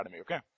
okay